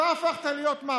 אתה הפכת להיות, מה?